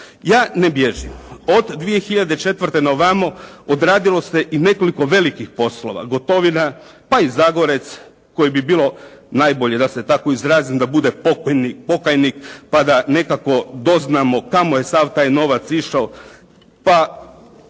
Ja ne bježim, od 2004. na ovamo odradilo se i nekoliko velikih poslova. Gotovina, pa i Zagorac koji bi bilo najbolje da se tako izrazim da bude pokajnik pa da nekako doznamo kamo je sav taj novac išao